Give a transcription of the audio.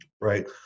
right